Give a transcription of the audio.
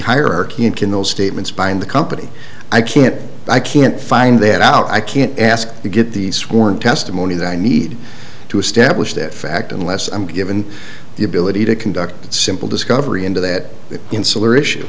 hierarchy and can those statements bind the company i can't i can't find that out i can't ask to get the sworn testimony that i need to establish that fact unless i'm given the ability to conduct that simple discovery into that insular issue